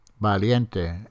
Valiente